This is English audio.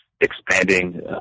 expanding